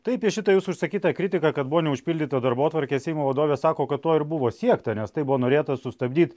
taip į šitą jūsų išsakytą kritiką kad buvo neužpildyta darbotvarkė seimo vadovė sako kad to ir buvo siekta nes taip buvo norėta sustabdyt